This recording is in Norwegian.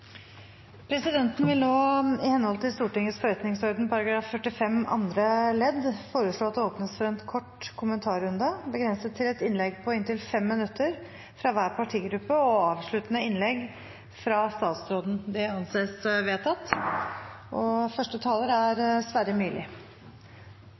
Presidenten vil i henhold til Stortingets forretningsorden § 45 andre ledd foreslå at det åpnes for en kort kommentarrunde begrenset til et innlegg på inntil 5 minutter fra hver partigruppe og avsluttende innlegg fra statsråden. – Det anses vedtatt. Samferdselsministeren er